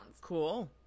Cool